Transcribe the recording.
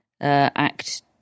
Act